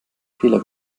fehler